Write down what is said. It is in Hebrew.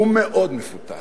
הוא מאוד מפותל,